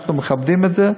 אנחנו מכבדים את זה,